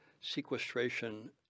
sequestration